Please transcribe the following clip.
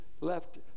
left